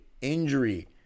injury